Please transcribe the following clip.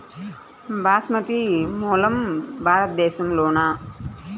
బాస్మతి మూలం భారతదేశంలోనా?